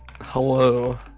Hello